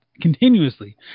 continuously